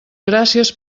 gràcies